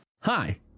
hi